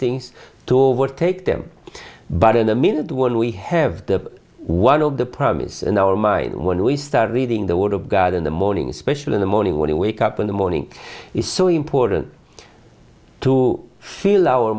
things to overtake them but in a minute when we have one of the problem is in our mind when we start reading the word of god in the morning special in the morning when you wake up in the morning is so important to feel our